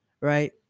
Right